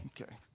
okay